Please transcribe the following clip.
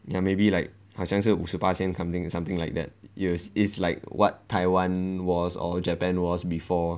ya maybe like 好像是五十巴仙 something something like that yes is like what taiwan was or japan was before